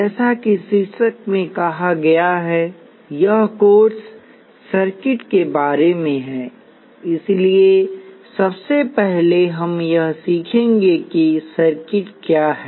जैसा कि शीर्षक में कहा गया है यह कोर्स सर्किट के बारे में है इसलिए सबसे पहले हम यह सीखेंगे कि सर्किट क्या हैं